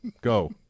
Go